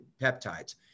peptides